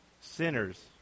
sinners